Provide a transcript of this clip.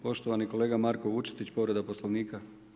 Poštovani kolega Marko Vučetić, povreda Poslovnika.